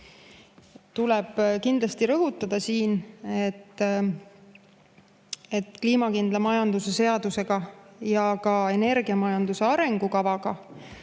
tuleb kindlasti rõhutada, et kliimakindla majanduse seadus ja energiamajanduse arengukava